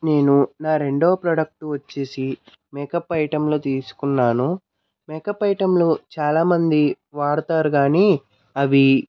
నేను నా రెండో ప్రొడక్టు వచ్చేసి మేకప్ ఐటమ్లు తీసుకున్నాను మేకప్ ఐటమ్లు చాలామంది వాడతారు కానీ అవి